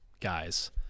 guys